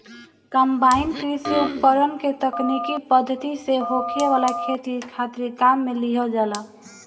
combine कृषि उपकरण के तकनीकी पद्धति से होखे वाला खेती खातिर काम में लिहल जाला